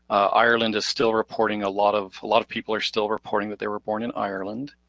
ireland is still reporting, a lot of lot of people are still reporting that they were born in ireland.